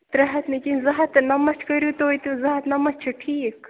ترٛےٚ ہَتھ نہٕ کیٚنہہ زٕ ہَتھ تہٕ نَمتھ کٔرِو توتہِ زٕ ہَتھ نَمتھ چھِ ٹھیٖک